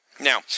Now